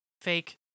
Fake